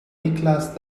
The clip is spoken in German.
niklas